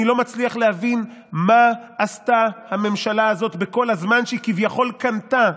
אני לא מצליח להבין מה עשתה הממשלה הזאת בכל הזמן שהיא כביכול קנתה.